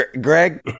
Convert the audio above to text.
Greg